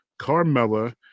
Carmella